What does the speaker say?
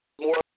more